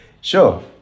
Sure